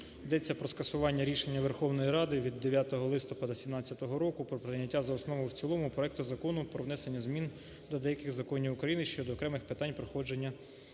Йдеться про скасування рішення Верховної Ради від 9 листопада 2017 року про прийняття за основу і в цілому проекту Закону про внесення змін до деяких Законів України щодо окремих питань проходження